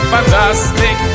Fantastic